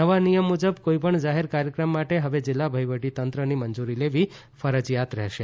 નવા નિયમ મુજબ કોઇપણ જાહેર કાર્યક્રમ માટે હવે જીલ્લા વહીવટીતંત્રન મંજુરી લેવી ફરજીયાત રહેશે